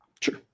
Sure